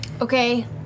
Okay